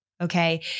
Okay